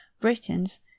Britons